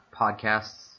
podcasts